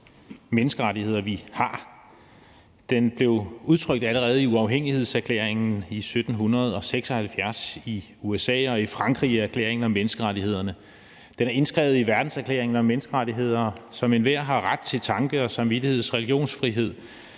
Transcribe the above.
menneskerettigheder, vi har. Den blev udtrykt allerede i 1776 i uafhængighedserklæringen i USA og i Frankrig i erklæringen om menneskerettighederne. Den er indskrevet i FN's verdenserklæring om menneskerettigheder: »Enhver har ret til tanke-, samvittigheds- og religionsfrihed: